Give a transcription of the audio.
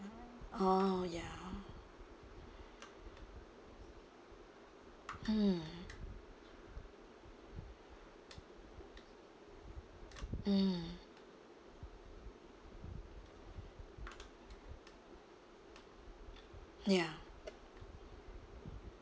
oh ya mm mm ya